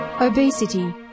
Obesity